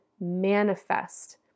manifest